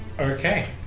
Okay